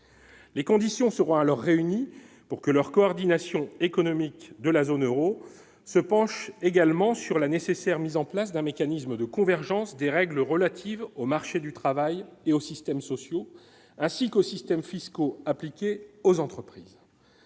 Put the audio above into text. les conditions seront alors réunies pour que leur coordination économique de la zone Euro se penche également sur la nécessaire mise en place d'un mécanisme de convergence des règles relatives au marché du. Travail et aux systèmes sociaux ainsi qu'aux systèmes fiscaux appliqués aux entreprises